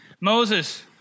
Moses